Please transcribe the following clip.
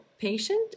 patient